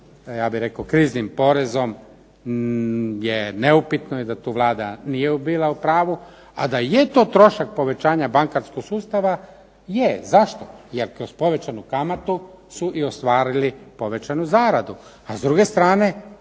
ja bih rekao kriznim porezom je neupitno i da tu Vlada nije bila u pravu, a da je to trošak povećanja bankarskog sustava. Je zašto? Jer kroz povećanu kamatu su i ostvarili povećanu zaradu, a s druge strane